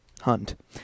Hunt